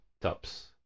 tops